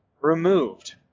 removed